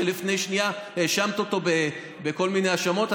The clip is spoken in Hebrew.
שלפני שנייה האשמת אותו בכל מיני האשמות?